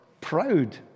proud